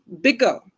bigger